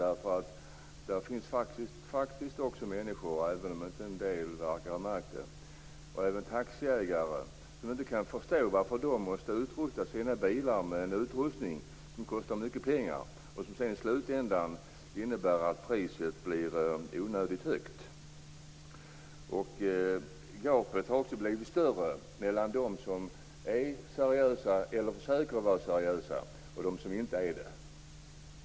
Där finns faktiskt också människor - även om det verkar som om en del inte har märkt det - och taxiägare, som inte kan förstå varför de måste utrusta sina bilar med en utrustning som kostar mycket pengar och som i slutändan innebär att priset blir onödigt högt. Gapet har också blivit större mellan dem som är, eller försöker vara, seriösa och dem som inte är det.